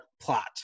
plot